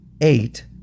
eight